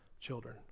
children